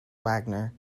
wagner